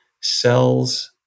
cells